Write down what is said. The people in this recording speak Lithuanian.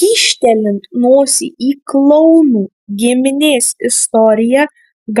kyštelint nosį į klounų giminės istoriją